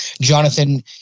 Jonathan